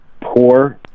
poor